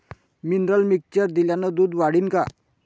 Mineral mixture दिल्यानं दूध वाढीनं का?